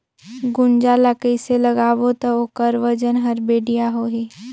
गुनजा ला कइसे लगाबो ता ओकर वजन हर बेडिया आही?